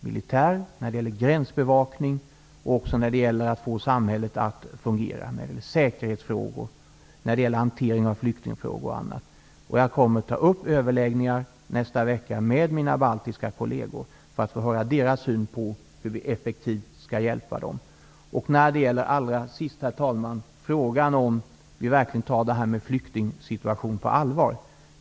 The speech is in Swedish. Det gäller militära frågor, gränsbevakning att få samhället att fungera och säkerhetsfrågor, och det gäller hanteringen av flyktingfrågor. Jag kommer i nästa vecka att ta upp överläggningar med mina baltiska kolleger för att få deras syn på hur vi effektivt kan hjälpa dem. Allra sist, herr talman: Det frågades om vi verkligen tar flyktingsituationen på allvar.